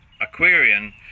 Aquarian